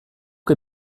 che